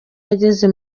yageze